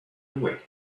away